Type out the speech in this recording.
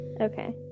Okay